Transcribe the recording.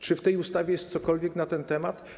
Czy w tej ustawie jest cokolwiek na ten temat?